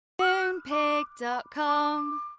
Moonpig.com